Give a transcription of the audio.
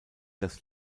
das